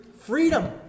freedom